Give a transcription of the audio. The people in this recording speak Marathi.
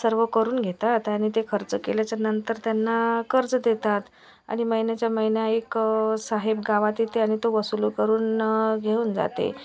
सर्व करून घेतात आणि ते खर्च केल्याच्या नंतर त्यांना कर्ज देतात आणि महिन्याच्या महिना एक साहेब गावात येते आणि तो वसूल करून घेऊन जाते